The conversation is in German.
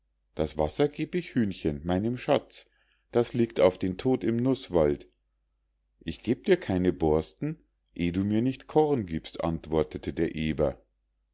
das wasser geb ich hühnchen meinem schatz das liegt auf den tod im nußwald ich geb dir keine borsten eh du mir nicht korn giebst antwortete der eber